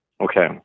Okay